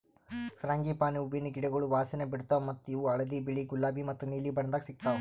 frangipani ಹೂವಿನ ಗಿಡಗೊಳ್ ವಾಸನೆ ಬಿಡ್ತಾವ್ ಮತ್ತ ಇವು ಹಳದಿ, ಬಿಳಿ, ಗುಲಾಬಿ ಮತ್ತ ನೀಲಿ ಬಣ್ಣದಾಗ್ ಸಿಗತಾವ್